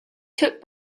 took